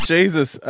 Jesus